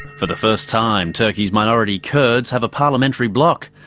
for the first time turkey's minority kurds have a parliamentary bloc.